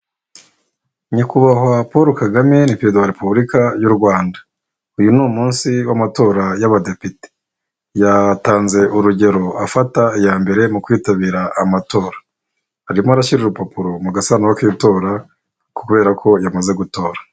Nyakubahwa Polo Kagame ni perezida wa repubulika y'u Rwanda uyu ni umunsi w'amatora y'abadepite yatanze urugero afata iya mbere mu kwitabira amatora arimo arashyija urupapuro mu gasanana k'itora kubera ko yamaze gutora.